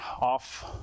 off